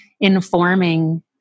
informing